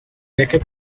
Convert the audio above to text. ureke